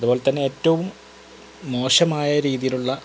അതുപോലെ തന്നെ ഏറ്റവും മോശമായ രീതിയിലുള്ള